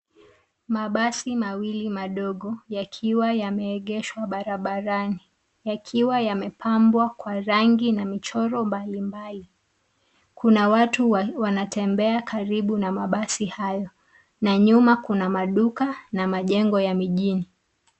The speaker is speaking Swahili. Mabasi mawili madogo, yakiwa yameegeshwa barabarani. Yakiwa yamepambwa kwa rangi na michoro mbalimbali. Kuna watu wanatembea karibu na mabasi hayo na nyuma kuna maduka na majengo ya mijini.